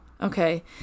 Okay